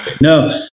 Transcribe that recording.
No